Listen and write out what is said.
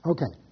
Okay